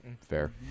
Fair